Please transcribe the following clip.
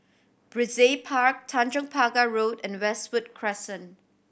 Brizay Park Tanjong Pagar Road and Westwood Crescent